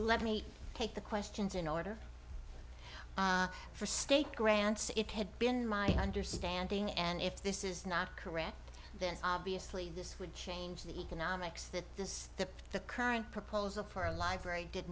let me take the questions in order for steak grants it had been my understanding and if this is not correct then obviously this would change the economics that this is the current proposal for library did